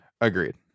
Agreed